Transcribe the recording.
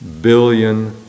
billion